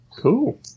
Cool